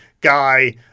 guy